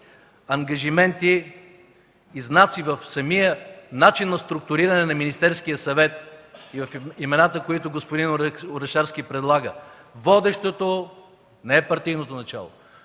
ангажименти и знаци в начина на структуриране на Министерския съвет, в имената, които господин Орешарски предлага. Водещото не е партийното начало,